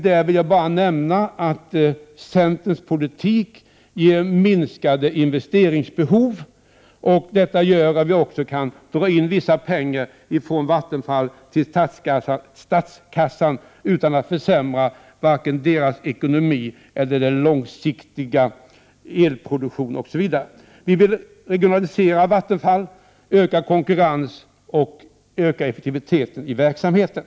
Jag vill bara nämna att centerns politik leder till minskade investeringsbehov, och detta gör att vi kan ta in vissa medel till statskassan utan att försämra vare sig Vattenfalls ekonomi eller den långsiktiga elproduktionen. Vi vill regionalisera Vattenfall, få till stånd ökad konkurrens och förbättra effektiviteten i verksamheten.